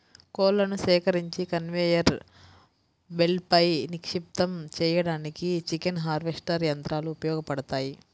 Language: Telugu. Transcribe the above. కోళ్లను సేకరించి కన్వేయర్ బెల్ట్పై నిక్షిప్తం చేయడానికి చికెన్ హార్వెస్టర్ యంత్రాలు ఉపయోగపడతాయి